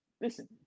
Listen